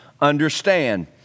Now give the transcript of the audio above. understand